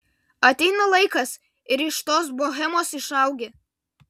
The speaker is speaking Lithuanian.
ateina laikas ir iš tos bohemos išaugi